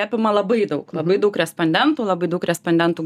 apima labai daug labai daug respondentų labai daug respondentų